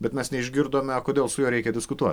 bet mes neišgirdome kodėl su juo reikia diskutuot